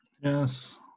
Yes